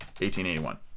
1881